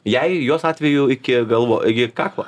jai jos atveju iki galvo iki kaklo